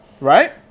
Right